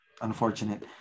unfortunate